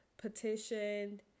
petitioned